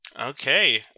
Okay